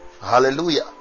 Hallelujah